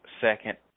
second